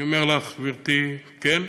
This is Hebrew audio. אני אומר לך, גברתי: כן.